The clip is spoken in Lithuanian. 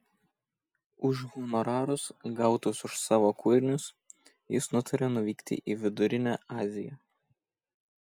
už honorarus gautus už savo kūrinius jis nutarė nuvykti į vidurinę aziją